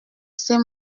sais